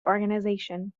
organisation